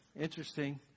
interesting